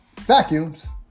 Vacuums